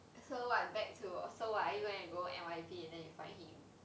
so I'm back to so what are you going gonna go N_Y_P and then you find him